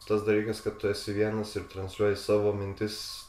tas dalykas kad tu esi vienas ir transliuoji savo mintis